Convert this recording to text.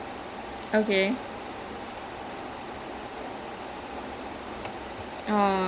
so then shanmugam and that small girl will do a duet together to woo her